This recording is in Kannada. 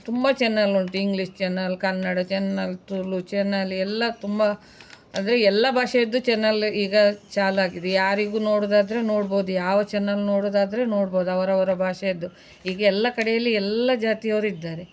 ತುಂಬ ಚೆನ್ನಲ್ ಉಂಟು English channel Kannada channel Tulu channel ಎಲ್ಲ ತುಂಬ ಅಂದರೆ ಎಲ್ಲ ಭಾಷೆಯದ್ದು ಚೆನ್ನಲ್ ಈಗ ಚಾಲಾಗಿದೆ ಯಾರಿಗೂ ನೋಡೋದಾದ್ರೆ ನೋಡ್ಬೋದು ಯಾವ ಚೆನ್ನಲ್ ನೋಡೋದಾದ್ರೆ ನೋಡ್ಬೋದು ಅವರವರ ಭಾಷೆಯದ್ದು ಈಗ ಎಲ್ಲ ಕಡೆಯಲ್ಲಿ ಎಲ್ಲ ಜಾತಿಯವರಿದ್ದಾರೆ